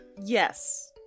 yes